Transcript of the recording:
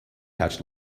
hatched